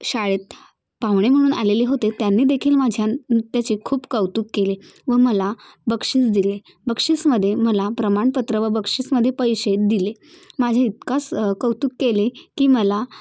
शाळेत पाहुणे म्हणून आलेले होते त्यांनी देखील माझ्या नृत्याचे खूप कौतुक केले व मला बक्षीस दिले बक्षीसमध्ये मला प्रमाणपत्र व बक्षीसमध्ये पैसे दिले माझ्या इतकस कौतुक केले की मला